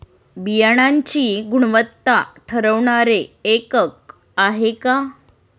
बियाणांची गुणवत्ता ठरवणारे एकक आहे का?